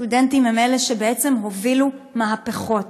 סטודנטים הם אלה שבעצם הובילו מהפכות,